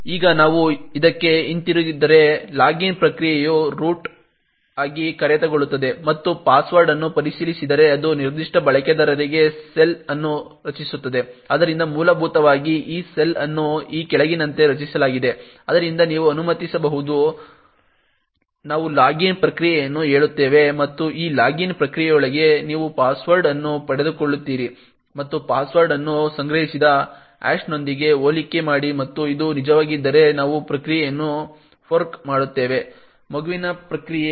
ಈಗ ನಾವು ಇದಕ್ಕೆ ಹಿಂತಿರುಗಿದರೆ ಲಾಗಿನ್ ಪ್ರಕ್ರಿಯೆಯು ರೂಟ್ ಆಗಿ ಕಾರ್ಯಗತಗೊಳ್ಳುತ್ತದೆ ಮತ್ತು ಪಾಸ್ವರ್ಡ್ ಅನ್ನು ಪರಿಶೀಲಿಸಿದರೆ ಅದು ನಿರ್ದಿಷ್ಟ ಬಳಕೆದಾರರಿಗೆ ಶೆಲ್ ಅನ್ನು ರಚಿಸುತ್ತದೆ ಆದ್ದರಿಂದ ಮೂಲಭೂತವಾಗಿ ಈ ಶೆಲ್ ಅನ್ನು ಈ ಕೆಳಗಿನಂತೆ ರಚಿಸಲಾಗಿದೆ ಆದ್ದರಿಂದ ನೀವು ಅನುಮತಿಸಬಹುದು ನಾವು ಲಾಗಿನ್ ಪ್ರಕ್ರಿಯೆಯನ್ನು ಹೇಳುತ್ತೇವೆ ಮತ್ತು ಈ ಲಾಗಿನ್ ಪ್ರಕ್ರಿಯೆಯೊಳಗೆ ನೀವು ಪಾಸ್ವರ್ಡ್ ಅನ್ನು ಪಡೆದುಕೊಳ್ಳುತ್ತೀರಿ ಮತ್ತು ಪಾಸ್ವರ್ಡ್ ಅನ್ನು ಸಂಗ್ರಹಿಸಿದ ಹ್ಯಾಶ್ನೊಂದಿಗೆ ಹೋಲಿಕೆ ಮಾಡಿ ಮತ್ತು ಇದು ನಿಜವಾಗಿದ್ದರೆ ನಾವು ಪ್ರಕ್ರಿಯೆಯನ್ನು ಫೋರ್ಕ್ ಮಾಡುತ್ತೇವೆ ಮಗುವಿನ ಪ್ರಕ್ರಿಯೆ